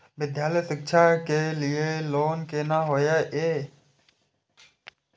विद्यालय शिक्षा के लिय लोन केना होय ये?